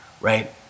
right